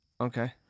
Okay